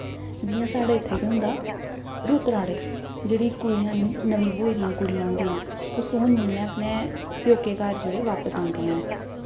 जि'यां साढ़े इत्थै केह् होंदा रुट्ट रहाड़े जेह्ड़ी कुड़ियां नमीं ब्होई दियां कुड़ियां होंदियां ओह् सौन म्हीनै अपने प्यौकै घर जेह्ड़ै बापस आंदियां न